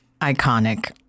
Iconic